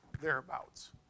thereabouts